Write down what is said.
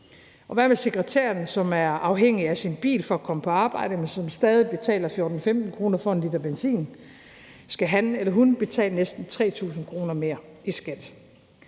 Hvad med sekretæren, som er afhængig af sin bil for at komme på arbejde, men som stadig betaler 14-15 kr. for 1 l benzin, skal han eller hun betale næsten 3.000 kr. mere i skat?